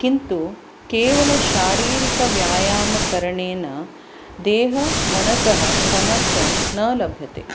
किन्तु केवल शारीरिकव्ययामकरणेन देहमनसः समत्त्वं न लभते